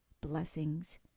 blessings